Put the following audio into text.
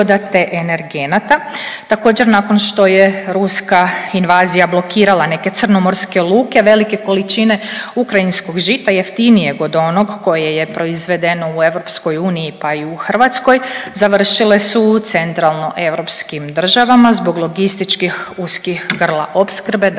Također nakon što je ruska invazija blokirala neke crnomorske luke velike količine ukrajinskog žita jeftinijeg od onog koje je proizvedeno u EU pa i u Hrvatskoj završile su u centralno-europskim državama zbog logističkih uskih grla opskrbe, dakle